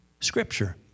Scripture